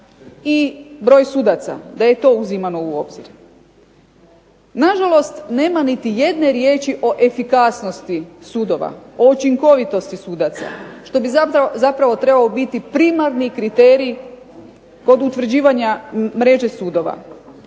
i broj sudaca, da je to uzimano u obzir. Na žalost, nema niti jedne riječi o efikasnosti sudova, o učinkovitosti sudaca što bi zapravo trebao biti primarni kriterij kod utvrđivanja mreže sudova.